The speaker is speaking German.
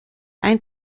ein